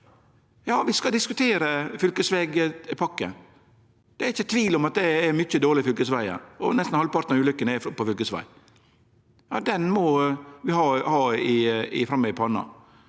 vi skal diskutere fylkesvegpakken. Det er ikkje tvil om at det er mange dårlege fylkesvegar. Nesten halvparten av ulykkene er på fylkesvegar. Det må vi ha framme i panna.